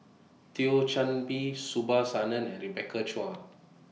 Thio Chan Bee Subhas Anandan and Rebecca Chua